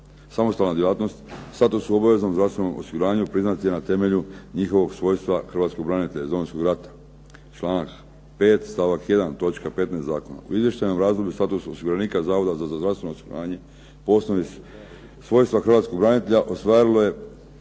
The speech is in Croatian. samostalna djelatnost, sada su u obaveznom zdravstvenom osiguranju priznati na temelju njihovog svojstva hrvatskog branitelja iz Domovinskog rata, članak 5. stavak 1. točka 15. zakona. U izvještajnom razdoblju status osiguranika Zavoda za zdravstveno osiguranje … /Govornik se ne razumije./… svojstva hrvatskog branitelja ostvarilo je